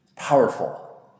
Powerful